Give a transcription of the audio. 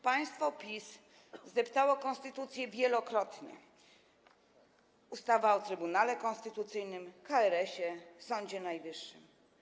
Państwo PiS zdeptało konstytucję wielokrotnie - ustawa o Trybunale Konstytucyjnym, KRS-ie, Sądzie Najwyższym.